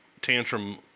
Tantrum